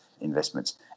investments